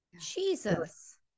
Jesus